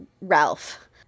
Ralph